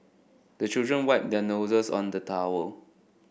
the children wipe their noses on the towel